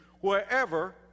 wherever